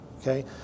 okay